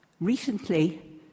Recently